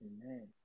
amen